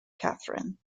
catherine